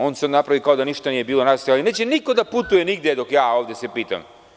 On se napravi kao da ništa nije bilo, pa nastavi – ali neće niko da putuje nigde dok se ja ovde pitam.